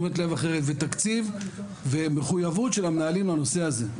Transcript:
תשומת לב אחרת ותקציב ומחויבות של המנהלים לנושא הזה,